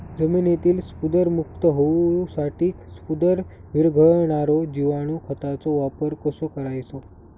जमिनीतील स्फुदरमुक्त होऊसाठीक स्फुदर वीरघळनारो जिवाणू खताचो वापर कसो करायचो?